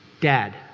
Dad